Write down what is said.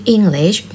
English